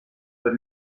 per